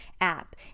app